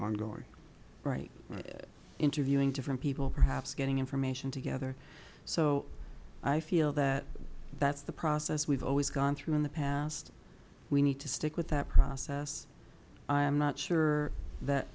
ongoing right interviewing different people perhaps getting information together so i feel that that's the process we've always gone through in the past we need to stick with that process i'm not sure that